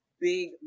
big